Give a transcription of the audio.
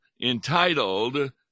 entitled